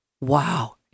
Wow